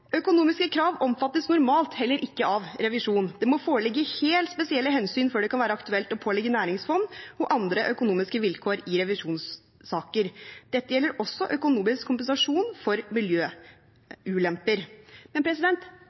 krav omfattes normalt heller ikke av revisjon. Det må foreligge helt spesielle hensyn før det kan være aktuelt å pålegge næringsfond og andre økonomiske vilkår i revisjonssaker. Dette gjelder også økonomisk kompensasjon for miljøulemper.» Men